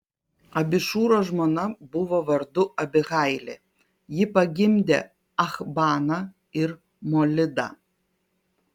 abišūro žmona buvo vardu abihailė ji pagimdė achbaną ir molidą